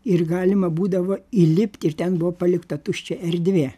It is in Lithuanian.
ir galima būdavo įlipti ir ten buvo palikta tuščia erdvė